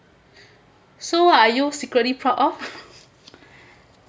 so are you secretly proud of